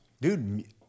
Dude